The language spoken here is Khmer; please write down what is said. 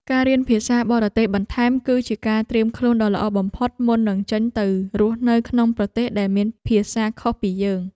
ការរៀនភាសាបរទេសបន្ថែមគឺជាការត្រៀមខ្លួនដ៏ល្អបំផុតមុននឹងចេញទៅរស់នៅក្នុងប្រទេសដែលមានភាសាខុសពីយើង។